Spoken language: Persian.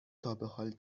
تابحال